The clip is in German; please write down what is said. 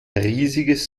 riesiges